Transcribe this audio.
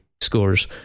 scores